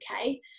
okay